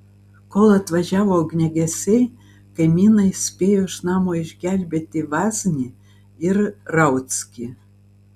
kol atvažiavo ugniagesiai kaimynai spėjo iš namo išgelbėti vaznį ir rauckį